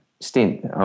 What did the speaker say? stint